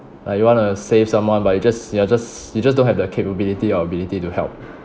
like you want to save someone but you just you're just you just don't have the capability or ability to help